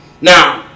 now